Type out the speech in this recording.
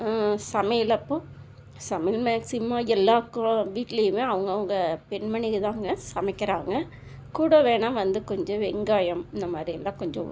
சமையல் அப்போ சமையல் மேக்ஸிமம் எல்லா கோ வீட்டிலயுமே அவங்கவங்க பெண்மணிகள் தாங்க சமைக்கிறாங்கள் கூட வேணால் வந்து கொஞ்சம் வெங்காயம் இந்த மாதிரியெல்லாம் கொஞ்சம்